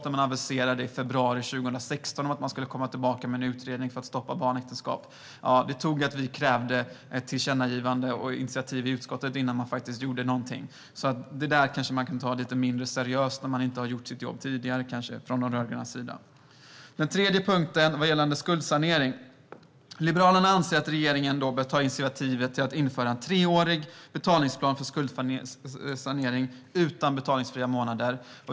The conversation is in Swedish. Regeringen aviserade i februari 2016 att man skulle komma tillbaka med en utredning för att stoppa barnäktenskap, men det tog att vi krävde ett tillkännagivande och ett initiativ i utskottet innan man faktiskt gjorde någonting. Det där kan vi alltså kanske ta lite mindre seriöst med tanke på att man från de rödgrönas sida inte har gjort sitt jobb tidigare. Den tredje punkten gäller skuldsanering. Liberalerna anser att regeringen bör ta initiativ till att införa en treårig betalningsplan för skuldsanering, utan betalningsfria månader.